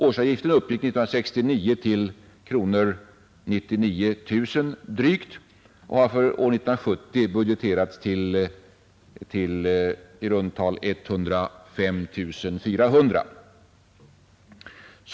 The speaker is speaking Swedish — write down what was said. Årsavgiften uppgick 1969 till drygt 99 000 kronor och har för 1970 budgeterats till i runt tal 105 400 kronor.